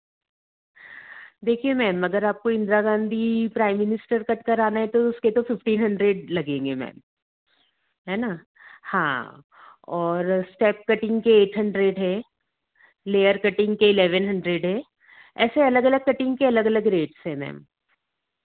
देखिए मेम अगर आपको Indira Gandhi prime minister cut कराने हैं तो उसके टोटल फीप्टिन हनड्रेट लगेंगे मेम है ना हाँ और स्टेप कटिंग के ऐट हंड्रेट है लेयर कटिंग के ऐलेवन हंड्रेट है ऐसे अलग अलग कटिंग के अलग अलग रेट है मेम